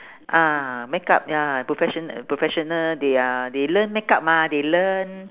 ah makeup ya professional professional they are they learn makeup mah they learn